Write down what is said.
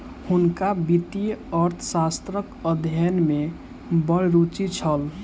हुनका वित्तीय अर्थशास्त्रक अध्ययन में बड़ रूचि छल